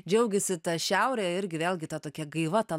džiaugėsi ta šiaurėje irgi vėlgi tokia gaiva ta